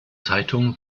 zeitung